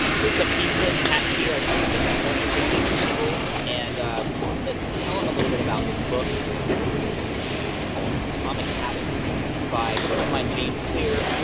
hey what's up team, flynn pat here. i just picked up my boy kounty from school. and i was gonna tell him a little bit about this book that i'm listening to right now called atomic habits by a good friend of mine james clear.